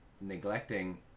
neglecting